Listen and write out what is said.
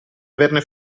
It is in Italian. averne